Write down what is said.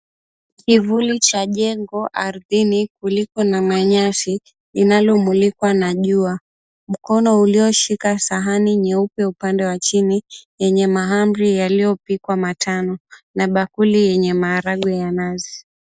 Kivuli cha jengo ardhini, kuliko na manyasi, inalomulikwa na jua. Mkono ulioshika sahani nyeupe, upande wa chini, yenye mahamri yaliyopikwa, matano, na bakuli yenye maharagwe ya nazi.